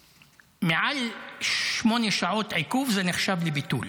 מעל שמונה שעות עיכוב זה נחשב לביטול.